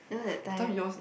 that time yours